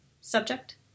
Subject